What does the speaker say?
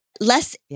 Less